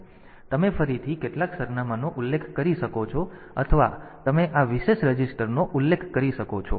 તેથી તમે ફરીથી કેટલાક સરનામાનો ઉલ્લેખ કરી શકો છો અથવા તમે આ વિશેષ રજિસ્ટરનો ઉલ્લેખ કરી શકો છો